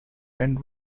and